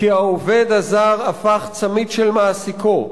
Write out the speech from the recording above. כי העובד הזר הפך צמית של מעסיקו,